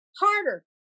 harder